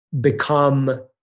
become